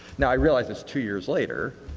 now, i realize it's two years later.